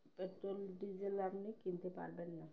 petrol diesel আপনি কিনতে পারবেন না